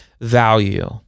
value